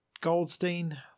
Goldstein